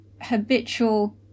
habitual